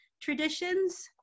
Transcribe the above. traditions